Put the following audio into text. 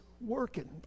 working